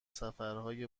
سفرهای